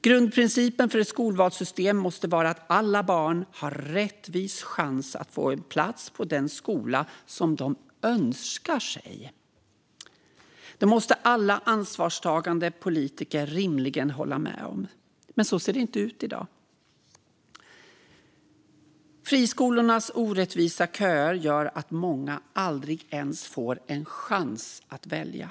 Grundprincipen för ett skolvalssystem måste vara att alla barn har en rättvis chans att få en plats på den skola som de önskar. Det måste alla ansvarstagande politiker rimligen hålla med om. Men så ser det inte ut i dag. Friskolornas orättvisa köer gör att många aldrig ens får en chans att välja.